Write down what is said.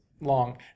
long